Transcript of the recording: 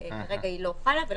כולל הסיכונים, אז אנחנו